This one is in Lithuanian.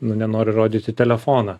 nu nenoriu rodyt į telefoną